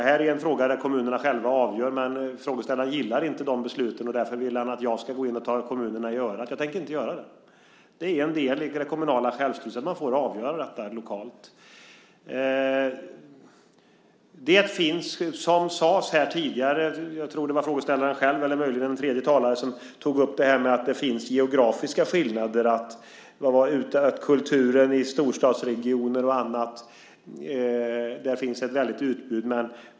Det här är en fråga där kommunerna själva avgör, men frågeställaren gillar inte de besluten. Därför vill han att jag ska gå in och ta kommunerna i örat. Jag tänker inte göra det. Det är en del i det kommunala självstyret att man får avgöra detta lokalt. Jag tror att det var frågeställaren själv, eller möjligen den tredje talaren, som tidigare tog upp att det finns geografiska skillnader, att det finns ett väldigt utbud av kultur i storstadsregioner och annat.